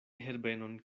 herbenon